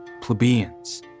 plebeians